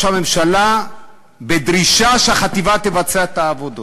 הממשלה בדרישה שהחטיבה תבצע את העבודות.